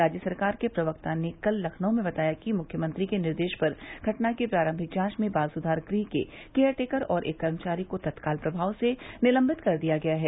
राज्य सरकार के प्रवक्ता ने कल लखनऊ में बताया कि मुख्यमंत्री के निर्देश पर घटना की प्रारम्भिक जांच में बाल सुधार गृह के केयर टेकर और एक कर्मचारी को तत्काल प्रभाव से निलंबित कर दिया गया है